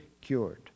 cured